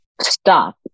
stop